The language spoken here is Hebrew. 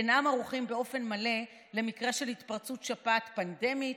"אינם ערוכים באופן מלא למקרה של התפרצות שפעת פנדמית,